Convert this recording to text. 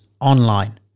online